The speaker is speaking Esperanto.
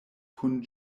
kun